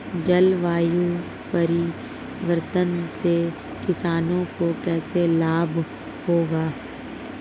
जलवायु परिवर्तन से किसानों को कैसे लाभ होगा?